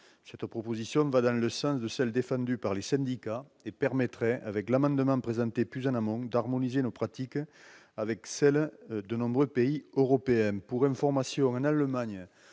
Cette proposition, qui va dans le sens de celle qui a été défendue par les syndicats, permettrait, avec l'amendement présenté plus en amont, d'harmoniser nos pratiques avec celles de nombreux pays européens.